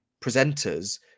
presenters